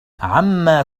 عمّا